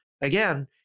again